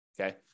okay